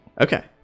Okay